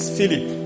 Philip